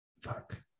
Fuck